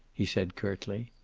he said curtly.